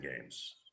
games